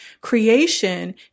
Creation